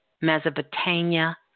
Mesopotamia